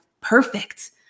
perfect